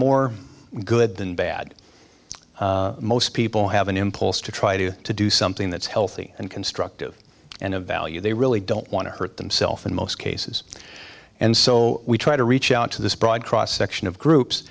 more good than bad most people have an impulse to try to to do something that's healthy and constructive and of value they really don't want to hurt themself in most cases and so we try to reach out to this broad cross section of groups